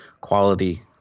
quality